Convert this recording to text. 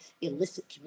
illicit